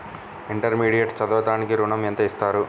Intermediate చదవడానికి ఋణం ఎంత ఇస్తారు?